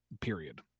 period